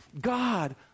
God